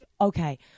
okay